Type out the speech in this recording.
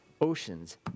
oceans